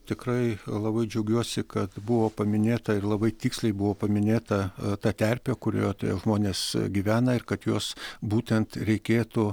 tikrai labai džiaugiuosi kad buvo paminėta ir labai tiksliai buvo paminėta ta terpė kurioj žmonės gyvena ir kad juos būtent reikėtų